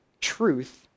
truth